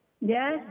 Yes